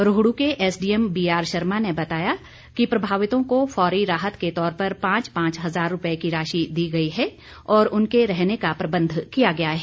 रोहड्र के SDM BR Sharma ने बताया कि प्रभावितों को फौरी राहत के तौर पर पांच पांच हजार रुपये की राशि दी गई है और उनके रहने का प्रबंध किया गया है